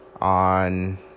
on